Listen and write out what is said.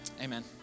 Amen